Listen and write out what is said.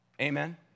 Amen